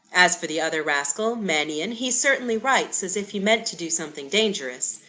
as for the other rascal, mannion, he certainly writes as if he meant to do something dangerous.